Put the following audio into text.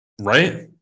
Right